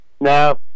No